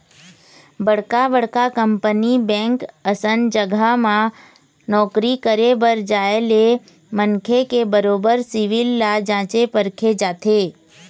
बड़का बड़का company bank असन जघा म नौकरी करे बर जाय ले मनखे के बरोबर सिविल ल जाँचे परखे जाथे